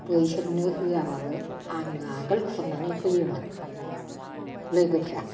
बैसोरनो होआबाबो आंनो आगोल खुरनानै होयोमोन लोगोफ्रा